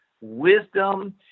wisdom